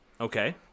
Okay